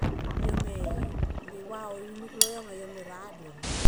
Yo me, me va oh iluk lol yo anga yo me radel.